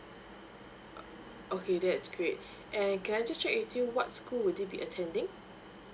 okay that's great and can I just check with you what school will they be attending